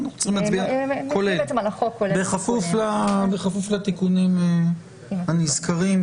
בכפוף לתיקונים הנזכרים.